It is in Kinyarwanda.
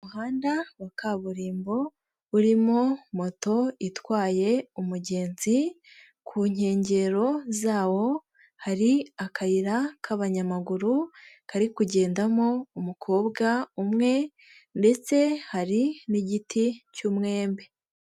Umuhanda wa kaburimbo urimo moto itwaye umugenzi, ku nkengero zawo hari akayira k'abanyamaguru, kari kugendamo umukobwa umwe ndetse hari n'igiti cy'umwembe.